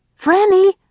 Franny